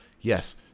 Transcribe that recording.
yes